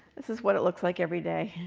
this is what it looks like every day.